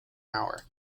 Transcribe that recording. hour